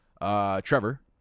Trevor